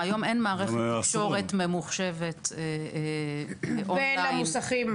היום אין מערכת תקשורת ממוחשבת -- בין המוסכים?